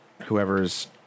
whoever's